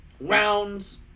rounds